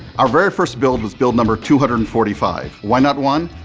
our very first build was build number two hundred and forty five. why not one?